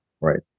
right